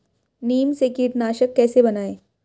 नीम से कीटनाशक कैसे बनाएं?